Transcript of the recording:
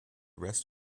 rest